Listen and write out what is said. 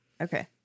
Okay